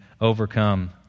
overcome